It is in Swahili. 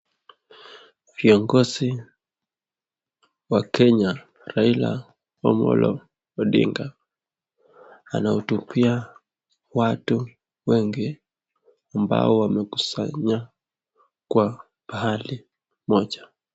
Viongozi wa Kenya Raila Amollo Odinga anahutubia watu wengi ambao wamekusanya kwa pahali moja.